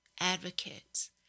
advocates